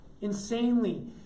Insanely